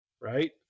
Right